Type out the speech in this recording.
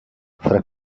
fra